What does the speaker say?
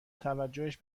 توجهش